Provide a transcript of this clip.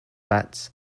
bats